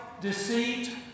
deceit